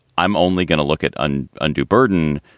i'm only going to look at an undue burden.